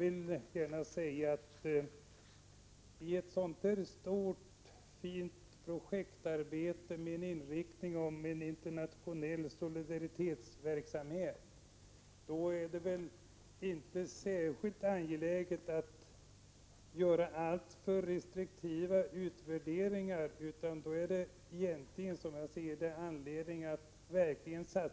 I ett sådant stort fint projektarbete med en inriktning på internationell solidaritetsverksamhet är det väl inte särskilt angeläget att göra alltför restriktiva utvärderingar, utan det är, som jag ser det, verkligen anledning att